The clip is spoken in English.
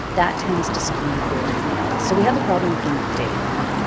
that tends to skew very male. so we had the problem from day one.